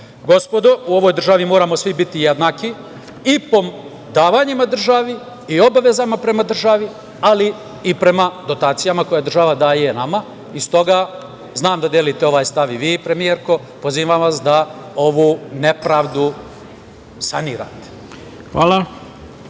itd. Gospodo, u ovoj državi moramo svi biti jednaki i po davanjima državi i obavezama prema državi, ali i prema dotacijama koje država daje nama. Stoga, znam da delite ovaj stav i vi, premijerko, pozivam vas da ovu nepravdu sanirate. **Ivica